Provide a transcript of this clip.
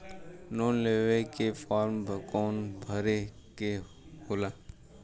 Loan लेवे के form कौन भरे के होला?